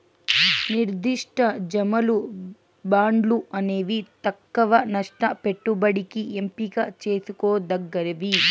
నిర్దిష్ట జమలు, బాండ్లు అనేవి తక్కవ నష్ట పెట్టుబడికి ఎంపిక చేసుకోదగ్గవి